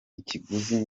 ikiguzi